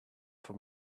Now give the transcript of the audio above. for